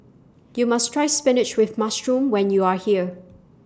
YOU must Try Spinach with Mushroom when YOU Are here